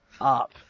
up